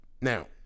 Now